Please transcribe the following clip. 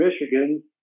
Michigan